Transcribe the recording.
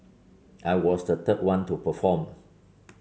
I was the third one to perform